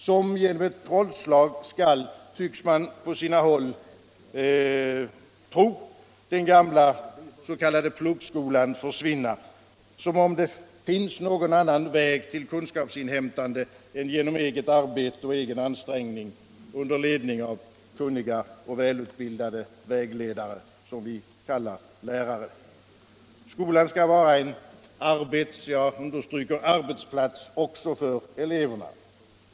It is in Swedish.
Som genom ett trollslag skulle, tycks man på sina håll tro, den gamla s.k. pluggskolan försvinna, som om det finns någon annan väg till kunskaps inhämtande än eget arbete och egen ansträngning under ledning av kunniga och välutbildade vägledare, vilka vi kallar lärare. Skolan skall vara en arbetsplats också för eleverna.